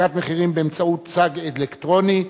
הצגת מחירים באמצעות צג אלקטרוני),